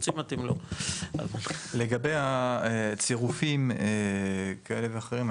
לגבי הצירופים כאלה ואחרים,